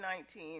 2019